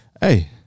hey